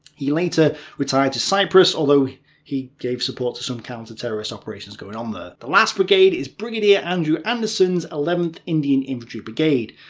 he later retired to cyprus, although he gave support to some counter-terrorist operations going on there. the last brigade is brigadier andrew anderson's eleventh indian infantry brigade.